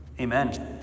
Amen